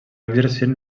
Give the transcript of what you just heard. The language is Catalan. exercint